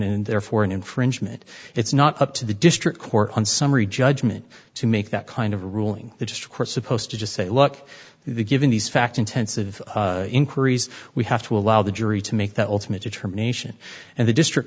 and therefore an infringement it's not up to the district court on summary judgment to make that kind of ruling the discourse opposed to just say look the given these facts intensive inquiries we have to allow the jury to make the ultimate determination and the district